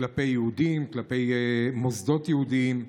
כלפי יהודים וכלפי מוסדות יהודיים.